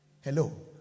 Hello